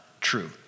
true